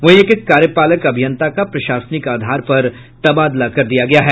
वहीं एक कार्यपालक अभियंता का प्रशासनिक आधार पर तबादला किया गया है